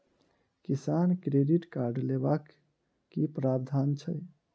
किसान credit card लेबाक की प्रावधान छै?